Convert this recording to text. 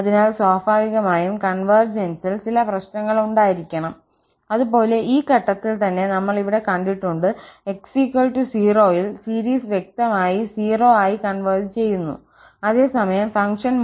അതിനാൽ സ്വാഭാവികമായും കൺവെർജെൻസിൽ ചില പ്രശ്നങ്ങൾ ഉണ്ടായിരിക്കണം അത് പോലെ ഈ ഘട്ടത്തിൽ തന്നെ നമ്മൾ ഇവിടെ കണ്ടിട്ടുണ്ട് x 0 ൽ സീരീസ് വ്യക്തമായി 0 ആയി കൺവെർജ് ചെയ്യുന്നു അതേസമയം ഫംഗ്ഷൻ മൂല്യം 0 ൽ 1 ആണ്